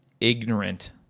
ignorant